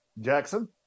Jackson